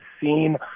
seen